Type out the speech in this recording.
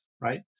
right